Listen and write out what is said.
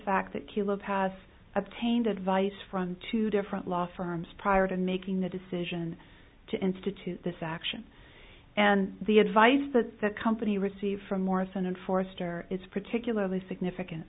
fact that to love has obtained advice from two different law firms prior to making the decision to institute this action and the advice that that company received from morrison and forrester is particularly significant